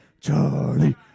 Charlie